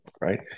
right